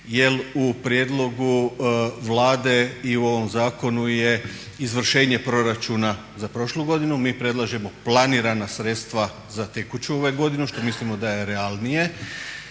Jer u prijedlogu Vlade i u ovom zakonu je izvršenje proračuna za prošlu godinu. Mi predlažemo planirana sredstva za tekuću godinu, što mislimo da je realnije.